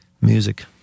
music